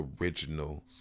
originals